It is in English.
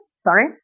sorry